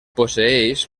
posseeix